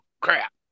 crap